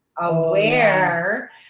aware